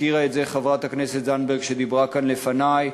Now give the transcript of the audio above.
הזכירה את זה חברת הכנסת זנדברג שדיברה כאן לפני,